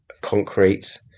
concrete